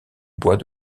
bois